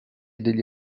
degli